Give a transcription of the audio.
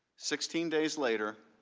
sixteen days later,